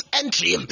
entry